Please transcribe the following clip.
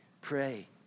pray